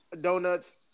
Donuts